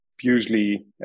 usually